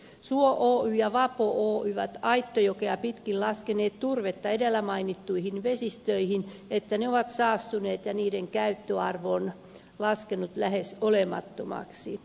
suo oy ja vapo oy ovat aittojokea pitkin laskeneet turvetta edellä mainittuihin vesistöihin niin että ne ovat saastuneet ja niiden käyttöarvo on laskenut lähes olemattomaksi